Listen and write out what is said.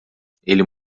ele